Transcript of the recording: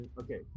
Okay